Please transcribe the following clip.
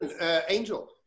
Angel